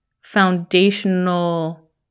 foundational